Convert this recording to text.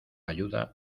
ayuda